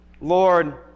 Lord